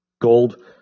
gold